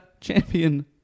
champion